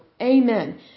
Amen